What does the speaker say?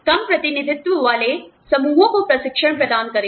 कम प्रतिनिधित्व वाले समूहों को प्रशिक्षण प्रदान करें